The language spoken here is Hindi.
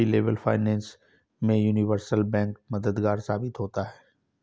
मल्टीलेवल फाइनेंस में यूनिवर्सल बैंक मददगार साबित होता है